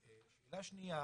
שאלה שנייה